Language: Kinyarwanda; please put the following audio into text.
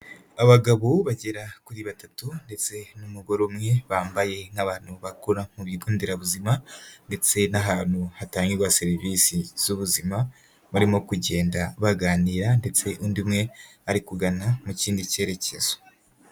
Abagabo bagera kuri batatu ndetse n'umugoro umwe bambaye nk'abantu bakura mu bigonderabuzima ndetse n'ahantu hatangirwa serivisi z'ubuzima, barimo kugenda baganira ndetse undi umwe ari kugana mu kindi cyerekezo.